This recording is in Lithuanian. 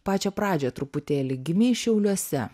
pačią pradžią truputėlį gimei šiauliuose